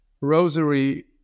rosary